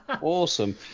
awesome